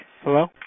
Hello